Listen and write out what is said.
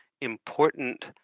important